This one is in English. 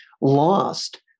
lost